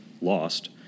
lost